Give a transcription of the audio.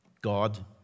God